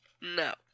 No